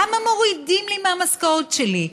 למה מורידים לי מהמשכורת שלי?